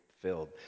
filled